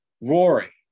Rory